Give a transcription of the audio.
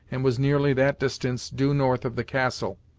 and was nearly that distance due north of the castle.